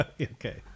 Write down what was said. Okay